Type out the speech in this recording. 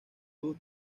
two